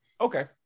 Okay